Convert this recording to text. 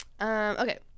okay